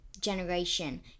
generation